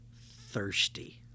thirsty